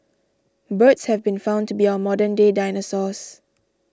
birds have been found to be our modern day dinosaurs